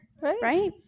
right